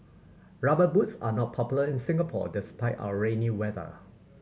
Rubber Boots are not popular in Singapore despite our rainy weather